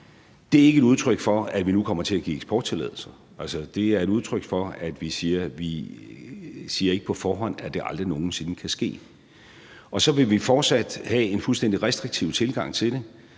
Det er ikke et udtryk for, at vi nu kommer til at give eksporttilladelser. Altså, det er et udtryk for, at vi ikke siger på forhånd, at det aldrig nogen sinde kan ske. Og så vil vi fortsat have en fuldstændig restriktiv tilgang til det